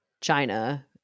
China